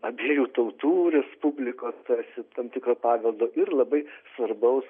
abiejų tautų respublikos tarsi tam tikro paveldo ir labai svarbaus